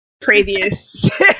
previous